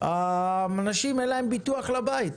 לאנשים אין ביטוח לבית.